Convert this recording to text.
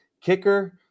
Kicker